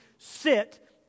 sit